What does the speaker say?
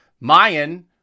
Mayan